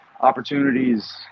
opportunities